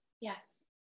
Yes